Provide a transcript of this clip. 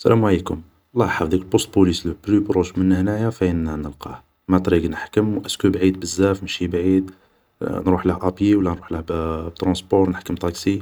سلام عليكم, الله يحفضك, البوست بوليس لو بلو بروش من نهنايا فاين نلقاه ؟ ما طريق نحكم ؟ و اسكو بعيد بزاف ؟ ماشي بعيد ؟ نروحله أبيي و لا نروحله بترونسبور ؟ نحكم طاكسي ؟